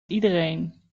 iedereen